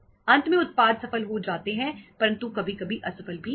अंत में उत्पाद सफल हो जाते हैं परंतु कभी कभी असफल भी हो जाते हैं